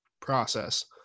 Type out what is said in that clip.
process